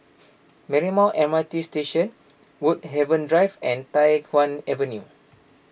Marymount M R T Station Woodhaven Drive and Tai Hwan Avenue